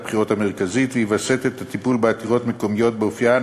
הבחירות המרכזית ויווסת את הטיפול בעתירות מקומיות באופיין,